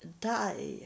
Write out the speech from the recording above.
die